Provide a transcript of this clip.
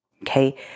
okay